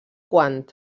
quant